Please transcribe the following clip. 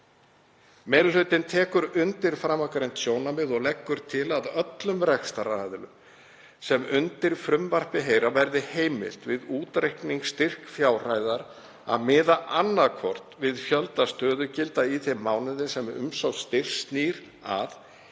Meiri hlutinn tekur undir framangreind sjónarmið og leggur til að öllum rekstraraðilum sem undir frumvarpið heyra verði heimilt, við útreikning styrkfjárhæðar, að miða annaðhvort við fjölda stöðugilda í þeim mánuði sem umsókn styrks snýr að